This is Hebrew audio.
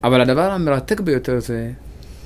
אבל הדבר המרתק ביותר זה...